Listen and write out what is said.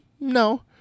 No